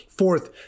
fourth